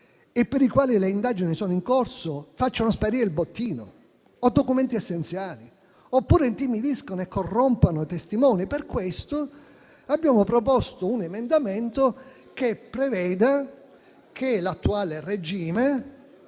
e per i quali le indagini sono in corso facciano sparire il bottino o documenti essenziali, oppure intimidiscano e corrompano i testimoni. Per questa ragione abbiamo proposto un emendamento che preveda che l'attuale regime